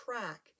track